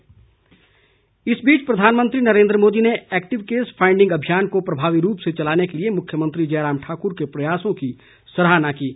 मुख्यमंत्री इस बीच प्रधानमंत्री नरेंद्र मोदी ने एक्टिव केस फाईडिंग अभियान को प्रभावी रूप से चलाने के लिए मुख्यमंत्री जयराम ठाकुर के प्रयासों की सराहना की है